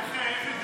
תראה איך,